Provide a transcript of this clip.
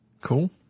Cool